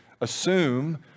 assume